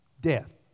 Death